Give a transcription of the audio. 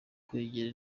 kwegera